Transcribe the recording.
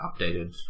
updated